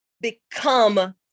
become